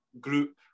group